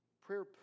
Prayer